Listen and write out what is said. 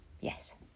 Yes